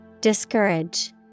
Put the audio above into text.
Discourage